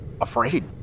afraid